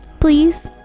please